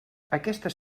aquestes